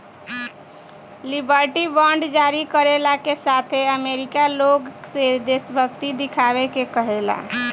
liberty bond जारी कईला के साथे अमेरिका लोग से देशभक्ति देखावे के कहेला